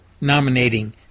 nominating